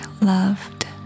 loved